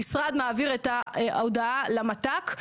המשרד מעביר את ההודעה למט"ק,